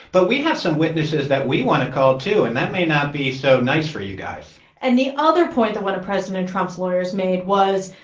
but we have some witnesses that we want to call, too, and that may not be so nice for you guys and the other point that one of president trump's lawyers made was,